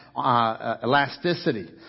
elasticity